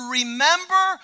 remember